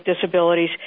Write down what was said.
disabilities